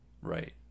Right